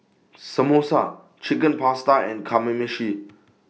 Samosa Chicken Pasta and Kamameshi